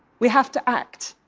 we have to act.